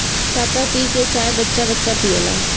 Tata tea के चाय बच्चा बच्चा पियेला